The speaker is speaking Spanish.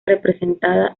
representada